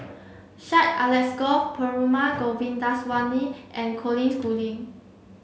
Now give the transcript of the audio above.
Syed Alsagoff Perumal Govindaswamy and Colin Schooling